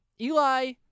Eli—